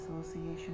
association